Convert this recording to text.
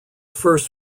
first